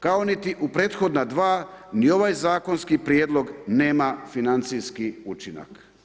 Kao nit u prethodna dva ni ovaj zakonski prijedlog nema financijski učinak.